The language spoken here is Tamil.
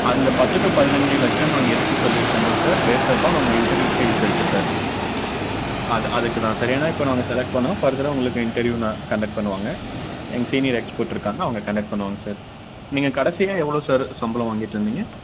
அந்தப் பத்து டு பதினைஞ்சி லட்சம் நாங்கள் எதுக்கு சொல்லியிருக்கோம்னா சார் பேஸ்டு அப்பான் உங்கள் இன்டர்வியூ ஸ்கில்ஸ் இருக்குது சார் அது அதுக்கு தான் சார் ஏன்னால் இப்போ நாங்கள் செலக்ட் பண்ணால் ஃபர்தராக உங்களுக்கு இன்டர்வியூ நான் கண்டெக்ட் பண்ணுவாங்கள் எங்கள் சீனியர் எக்ஸ்பெர்ட் இருக்காங்க அவங்க காண்டெக்ட் சி பண்ணுவாங்க சார் நீங்கள் கடைசியாக எவ்வளோ சார் சம்பளம் வாங்கிட்டுருந்தீங்க